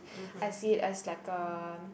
I see it as like a